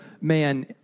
man